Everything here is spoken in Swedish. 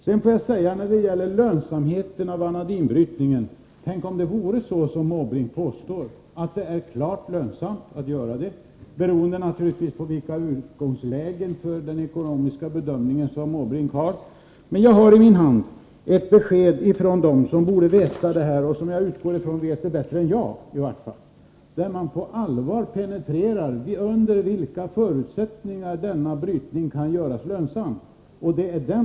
Låt mig vidare i frågan om vanadinbrytningens lönsamhet säga: Tänk om det vore så, som Måbrink påstår, att den är klart lönsam, naturligtvis på grundval av den ekonomiska bedömning som Måbrink gör. Jag har i min hand ett besked från dem som borde känna till den här frågan — jag utgår från att de i varje fall kan den bättre än jag. De penetrerar där på allvar under vilka förutsättningar som en sådan brytning kan göras lönsam.